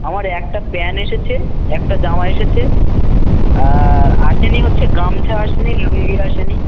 আমার একটা প্যান এসেছে একটা জামা এসেছে আর আসে নি হচ্ছে গামছা আসে নি লুঙ্গি আসে নি